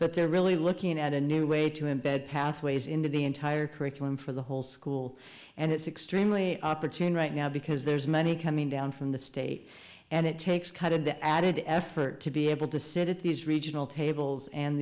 but they're really looking at a new way to embed pathways into the entire curriculum for the whole school and it's extremely opportune right now because there's money coming down from the state and it takes kind of the added effort to be able to sit at these regional tables and